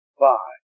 five